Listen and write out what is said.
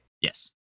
Yes